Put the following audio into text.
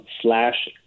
slash